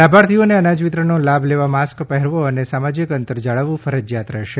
લાભાર્થીઓને અનાજ વિતરણનો લાભ લેવા માસ્ક પહેરવો અને સામાજિક અંતર જાળવવું ફરજિયાત રહેશે